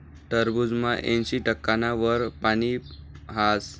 टरबूजमा ऐंशी टक्काना वर पानी हास